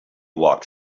walked